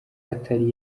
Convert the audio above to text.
atari